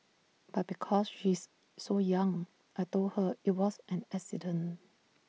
but because she's so young I Told her IT was an accident